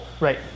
Right